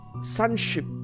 sonship